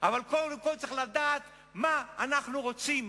קודם כול צריך לדעת מה אנחנו רוצים,